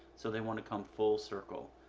so, they want to come full circle.